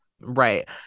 Right